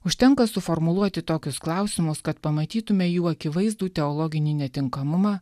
užtenka suformuluoti tokius klausimus kad pamatytumėme jų akivaizdų teologinį netinkamumą